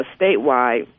statewide